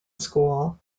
school